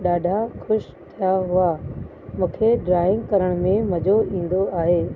ॾाढा ख़ुशि थिया हुआ मूंखे ड्राइंग करणु मज़ो ईंदो आहे